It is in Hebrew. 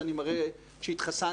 שאני מראה שהתחסנתי?